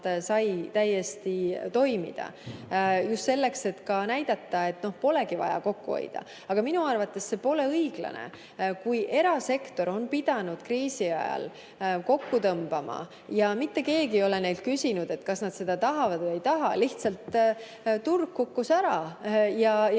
täiesti toimis, just selleks, et näidata, et polegi vaja kokku hoida. Aga minu arvates pole see õiglane. Erasektor on pidanud kriisi ajal kokku tõmbama. Mitte keegi ei ole neilt küsinud, kas nad seda tahavad või ei taha, lihtsalt turg kukkus ära ja